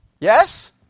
Yes